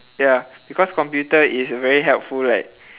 ya because computer is very helpful like